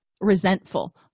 resentful